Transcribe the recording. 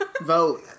Vote